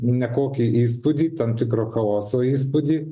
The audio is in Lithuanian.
nekokį įspūdį tam tikro chaoso įspūdį